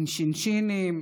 עם שינשינים,